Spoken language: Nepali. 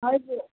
हजुर